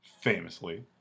famously